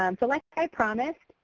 um so like i promised,